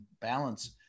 balance